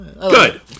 Good